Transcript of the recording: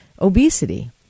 obesity